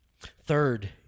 Third